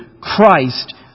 Christ